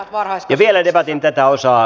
ja vielä debatin tätä osaa